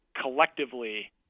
Collectively